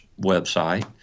website